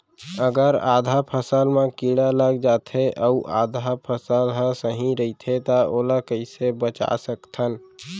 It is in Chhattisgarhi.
अगर आधा फसल म कीड़ा लग जाथे अऊ आधा फसल ह सही रइथे त ओला कइसे बचा सकथन?